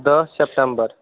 دَہ سَتمبر